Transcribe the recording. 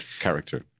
character